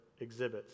exhibits